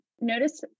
Notice